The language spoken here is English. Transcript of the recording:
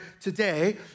today